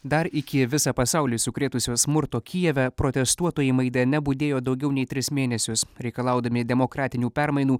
dar iki visą pasaulį sukrėtusio smurto kijeve protestuotojai maidane budėjo daugiau nei tris mėnesius reikalaudami demokratinių permainų